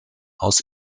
aus